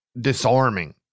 disarming